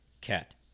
Cat